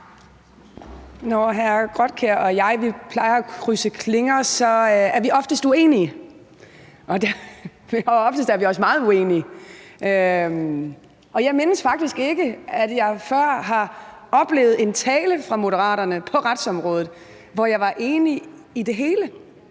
Elmstrøm og jeg krydser klinger, er vi ofte uenige, og oftest er vi også meget uenige. Jeg mindes faktisk ikke, at jeg før har oplevet en tale fra Moderaterne på retsområdet, hvor jeg var enig i det hele,